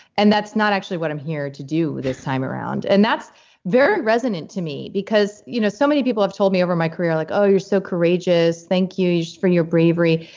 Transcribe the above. and that's not actually what i'm here to do this time around. and that's very resonant to me because you know so many people have told me over my career like, oh, you're so courageous, thank you you for your bravery.